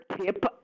tip